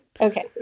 Okay